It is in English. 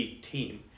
team